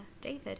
david